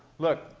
look.